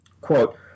quote